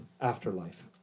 afterlife